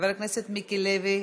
חבר הכנסת מיקי לוי,